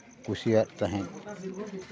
ᱠᱩᱥᱤᱭᱟᱜ ᱛᱟᱦᱮᱸᱫ